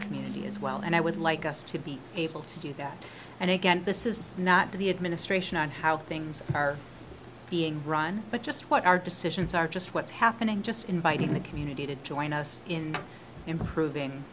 community as well and i would like us to be able to do that and again this is not the administration on how things are being run but just what our decisions are just what's happening just inviting the community to join us in improv